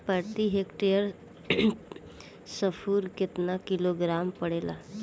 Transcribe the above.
प्रति हेक्टेयर स्फूर केतना किलोग्राम पड़ेला?